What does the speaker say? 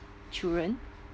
children